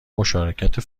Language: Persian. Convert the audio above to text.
مشارکت